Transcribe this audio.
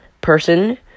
person